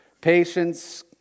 patience